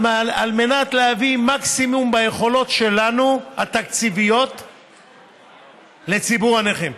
על מנת להביא מקסימום ביכולות התקציביות שלנו לציבור הנכים.